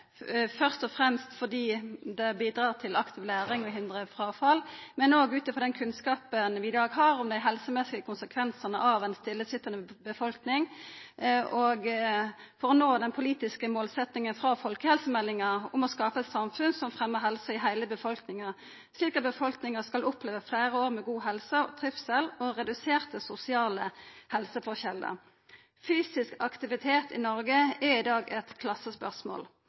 først og fremst fordi det bidreg til aktiv læring og hindrar fråfall, men ut frå den kunnskapen vi i dag har om dei helsemessige konsekvensane av ei stillesitjande befolkning, og for å nå den politiske målsetjinga i folkehelsemeldinga om å skapa eit samfunn som fremjar helse i heile befolkninga, slik at ein skal oppleva fleire år med god helse og trivsel og reduserte sosiale helseforskjellar. Fysisk aktivitet i Noreg er i dag eit